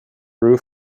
grew